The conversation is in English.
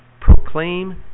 proclaim